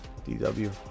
DW